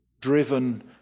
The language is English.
Driven